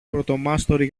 πρωτομάστορη